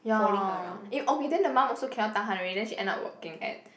ya eh okay then the mom also cannot tahan already then she end up working at